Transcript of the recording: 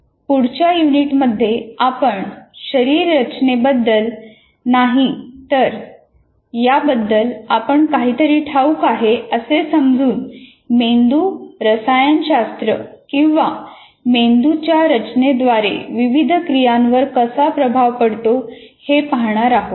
पुढच्या युनिटमध्ये आपण शरीररचनेबद्दल नाही तर याबद्दल आपण काहीतरी ठाऊक आहे असे समजून मेंदू रसायनशास्त्र किंवा मेंदूच्या रचनेद्वारे विविध क्रियावर कसा प्रभाव पडतो हे पाहणार आहोत